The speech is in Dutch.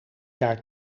jaar